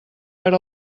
per